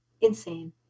insane